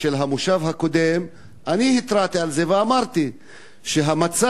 של המושב הקודם אני התרעתי על זה ואמרתי שהמצב